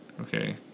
Okay